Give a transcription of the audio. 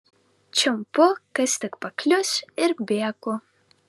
čiumpu kas tik paklius ir bėgu